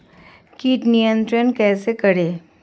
कीट नियंत्रण कैसे करें?